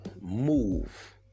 Move